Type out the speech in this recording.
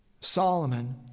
Solomon